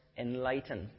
enlightened